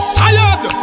tired